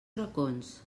racons